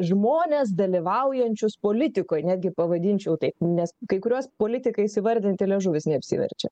žmones dalyvaujančius politikoj netgi pavadinčiau taip nes kai kuriuos politikais įvardinti liežuvis neapsiverčia